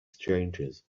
strangers